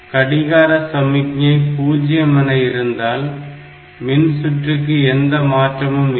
கடிகார சமிக்ஞை 0 என இருந்தால் மின் சுற்றுக்கு எந்த மாற்றமும் இல்லை